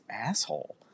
asshole